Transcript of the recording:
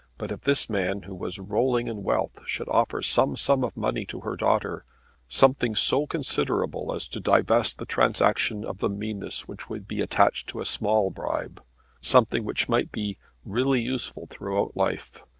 but if this man who was rolling in wealth should offer some sum of money to her daughter something so considerable as to divest the transaction of the meanness which would be attached to a small bribe something which might be really useful throughout life,